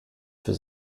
für